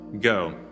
go